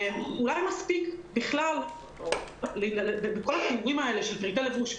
אולי מספיק בכלל מכל הדיבורים האלה על פרטי הלבוש.